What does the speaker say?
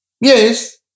Yes